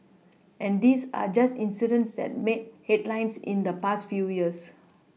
and these are just incidents that made headlines in the past few years